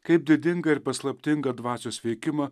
kaip didingą ir paslaptingą dvasios veikimą